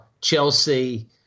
Chelsea